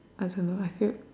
I don't know I feel